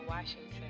Washington